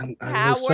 power